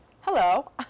Hello